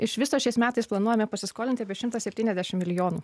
iš viso šiais metais planuojame pasiskolinti apie šimtą septyniasdešimt milijonų